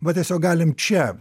va tiesiog galim čia